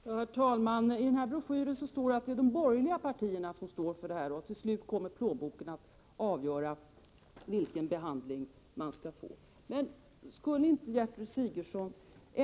Herr talman! I broschyren står det att det är de borgerliga partierna som står för detta, att plånboken till slut kommer att avgöra vilken behandling som man får.